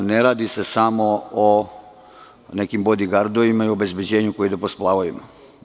Ne radi se samo o nekim bodigardovima i obezbeđenju koji idu po splavovima.